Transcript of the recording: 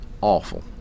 awful